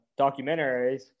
documentaries